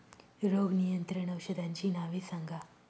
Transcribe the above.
रोग नियंत्रण औषधांची नावे सांगा?